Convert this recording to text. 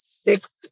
six